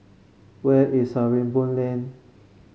where is Sarimbun Lane